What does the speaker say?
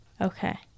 Okay